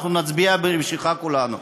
אנחנו נצביע בשבילך כולנו.